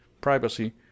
Privacy